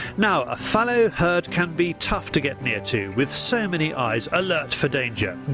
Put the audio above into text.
now a fallow herd can be tough to get near to, with so many eyes alert for danger.